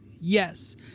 Yes